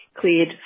cleared